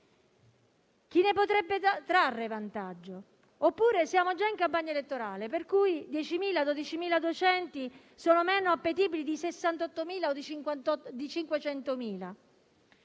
Chi ne potrebbe trarre vantaggio? Oppure siamo già in campagna elettorale, per cui 10.000-12.000 docenti sono meno appetibili di 68.000 o di 500.000?